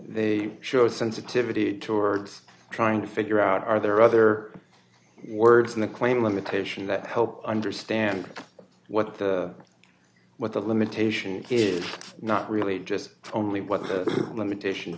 the show sensitivity towards trying to figure out are there other words in the claim limitation that help understand what the what the limitation is not really just only what the limitation